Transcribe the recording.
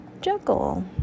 juggle